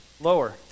Lower